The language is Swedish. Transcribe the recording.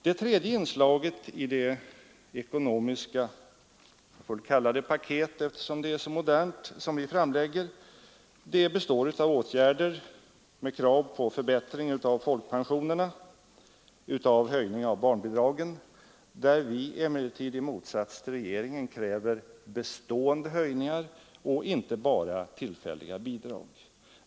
Det tredje inslaget i det ekonomiska paket — jag får väl kalla det så, eftersom det är modernt — som vi framlägger består av krav på förbättring av folkpensionerna och höjning av barnbidragen. Vi kräver där, i motsats till vad regeringen föreslår, bestående höjningar och inte bara tillfälliga bidrag.